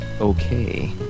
okay